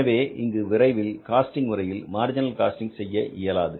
எனவே இங்கு விரைவில் காஸ்டிங் முறையில் மார்ஜினல் காஸ்டிங் செய்ய இயலாது